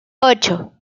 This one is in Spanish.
ocho